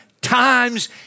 times